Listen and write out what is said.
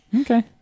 Okay